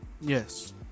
Yes